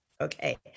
Okay